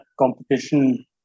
competition